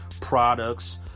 products